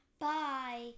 Bye